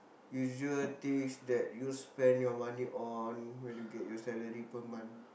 usual things that you spend your money on when you get your salary per month